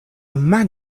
man